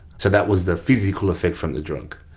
so that was the physical effect from the drug,